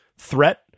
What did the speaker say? Threat